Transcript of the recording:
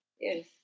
Yes